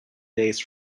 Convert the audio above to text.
days